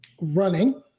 running